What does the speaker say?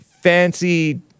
fancy